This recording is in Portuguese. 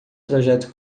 projeto